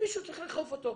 מישהו צריך לאכוף אותו.